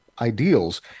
ideals